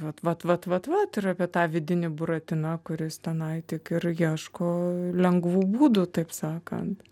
vat vat vat vat vat ir apie tą vidinį buratiną kuris tenai tik ir ieško lengvų būdų taip sakant